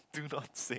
do not sing